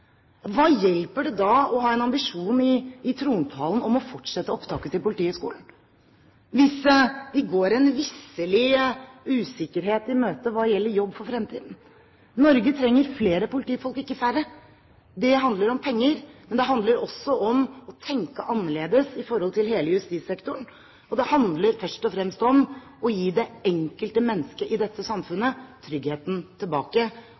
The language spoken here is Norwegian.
Hva hjelper det da å ha en ambisjon i trontalen om å fortsette opptaket til Politihøgskolen hvis de visselig går en usikkerhet i møte hva gjelder jobb for fremtiden? Norge trenger flere politifolk, ikke færre. Det handler om penger, men det handler også om å tenke annerledes med tanke på hele politisektoren. Det handler først og fremst om å gi det enkelte mennesket i dette samfunnet tryggheten tilbake.